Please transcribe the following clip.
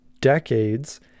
decades